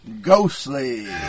Ghostly